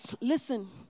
Listen